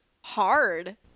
hard